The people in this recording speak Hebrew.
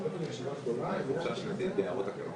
תציגי את עצמך.